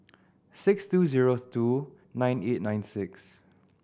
six two zero two nine eight nine six